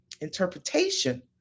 Interpretation